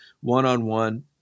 one-on-one